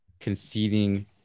conceding